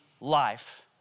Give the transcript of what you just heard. life